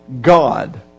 God